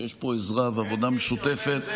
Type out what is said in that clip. שיש פה עזרה ועבודה משותפת,